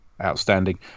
outstanding